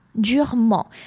durement